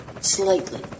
Slightly